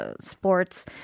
sports